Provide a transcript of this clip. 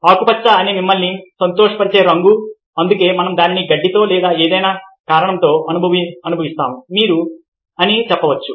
ఆకుపచ్చ అనేది మిమ్మల్ని సంతోషపరిచే రంగు అందుకే మనం దానిని గడ్డితో లేదా ఏదైనా కారణంతో అనుబంధిస్తాము అని మీరు చెప్పవచ్చు